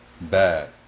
bad